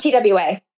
TWA